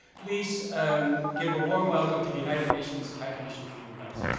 please um give a warm welcome to the united nations high commissioner of human rights.